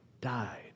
died